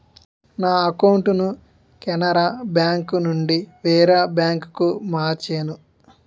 నా అకౌంటును కెనరా బేంకునుండి వేరే బాంకుకు మార్చేను